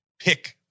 pick